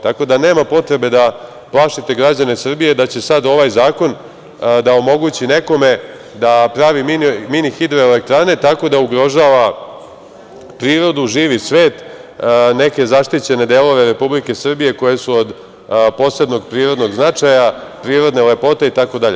Tako da nema potrebe da plašite građane Srbije da će sad ovaj zakon da omogući nekome da pravi mini hidroelektrane tako da ugrožava prirodu, živi svet, neke zaštićene delove Republike Srbije, koje su od posebnog prirodnog značaja, prirodne lepote itd.